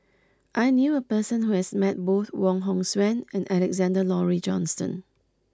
I knew a person who has met both Wong Hong Suen and Alexander Laurie Johnston